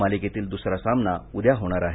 मालिकेतील दुसरा सामना उद्या होणार आहे